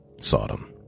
Sodom